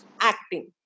acting